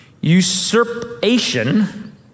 usurpation